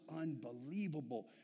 unbelievable